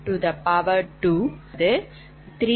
334 184